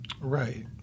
Right